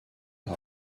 top